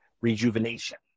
rejuvenation